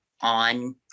on